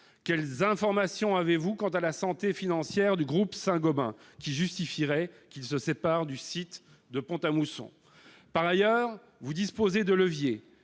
Quelles informations quant à la santé financière du groupe Saint-Gobain justifiant qu'il se sépare du site de Pont-à-Mousson avez-vous ? Par ailleurs, vous disposez de leviers,